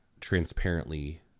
transparently